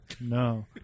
No